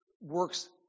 works